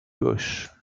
gauche